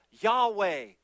Yahweh